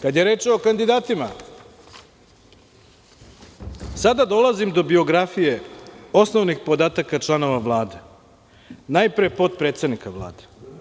Kada je reč o kandidatima, sada dolazim do biografije, osnovnih podataka članova Vlade, najpre potpredsednika Vlade.